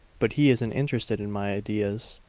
but he isn't interested in my ideas.